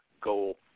goal